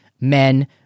men